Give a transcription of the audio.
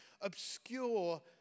obscure